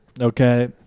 Okay